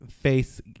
face